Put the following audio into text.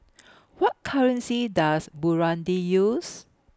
What currency Does Burundi use